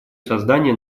создания